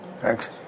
Thanks